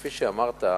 כפי שאמרת,